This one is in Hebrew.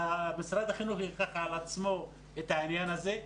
שמשרד החינוך ייקח על עצמו את העניין הזה.